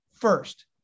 first